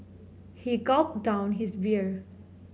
he gulped down his beer